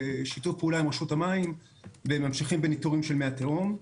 בשיתוף פעולה עם רשות המים ממשיכים בניטורים של מי התהום.